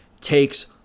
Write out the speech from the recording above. takes